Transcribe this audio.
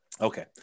Okay